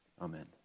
Amen